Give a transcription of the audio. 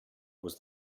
was